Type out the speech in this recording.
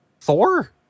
Thor